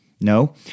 No